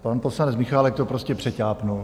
Pan poslanec Michálek to prostě přeťápl.